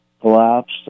collapsed